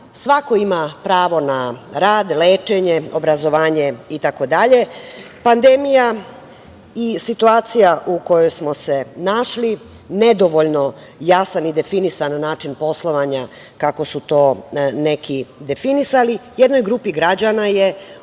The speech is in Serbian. rada. Svako ima pravo na rad, lečenje, obrazovanje, itd. Pandemija i situacija u kojoj smo se našli, nedovoljno jasan i definisan način poslovanja, kako su to neki definisali, jednoj grupi građana je